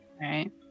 Right